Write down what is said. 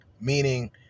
meaning